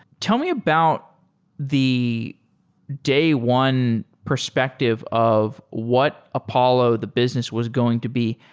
tell me about the day one perspective of what apollo, the business, was going to be.